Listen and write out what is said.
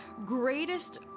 greatest